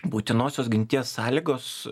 būtinosios ginties sąlygos